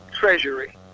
Treasury